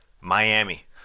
Miami